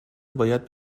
باید